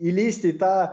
įlįsti į tą